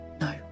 No